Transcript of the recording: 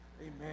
amen